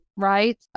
right